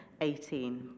18